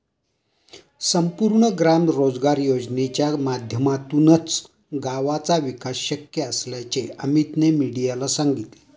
संपूर्ण ग्राम रोजगार योजनेच्या माध्यमातूनच गावाचा विकास शक्य असल्याचे अमीतने मीडियाला सांगितले